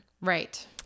Right